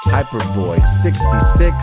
Hyperboy66